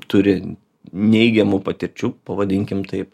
turi neigiamų patirčių pavadinkim taip